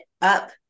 up